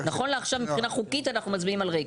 נכון לעכשיו, מבחינה חוקית, אנחנו מצביעים על ריק.